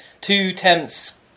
Two-tenths